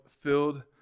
filled